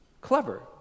clever